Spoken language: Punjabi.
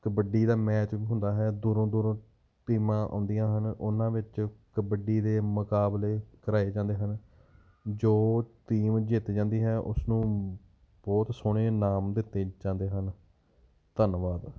ਕਬੱਡੀ ਦਾ ਮੈਚ ਹੁੰਦਾ ਹੈ ਦੂਰੋਂ ਦੂਰੋਂ ਟੀਮਾਂ ਆਉਂਦੀਆ ਹਨ ਉਹਨਾਂ ਵਿੱਚ ਕਬੱਡੀ ਦੇ ਮੁਕਾਬਲੇ ਕਰਵਾਏ ਜਾਂਦੇ ਹਨ ਜੋ ਟੀਮ ਜਿੱਤ ਜਾਂਦੀ ਹੈ ਉਸ ਨੂੰ ਬਹੁਤ ਸੋਹਣੇ ਇਨਾਮ ਦਿੱਤੇ ਜਾਂਦੇ ਹਨ ਧੰਨਵਾਦ